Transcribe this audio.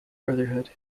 brotherhood